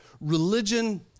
religion